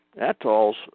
Atolls